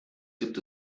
gibt